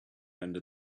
under